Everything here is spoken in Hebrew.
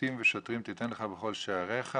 "שופטים ושוטרים תיתן לך בכל שעריך".